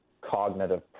cognitive